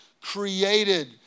created